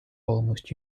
almost